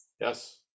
yes